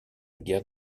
guerre